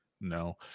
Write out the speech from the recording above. No